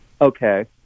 Okay